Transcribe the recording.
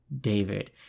David